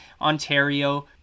ontario